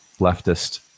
leftist